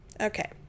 Okay